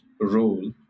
role